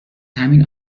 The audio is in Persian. همین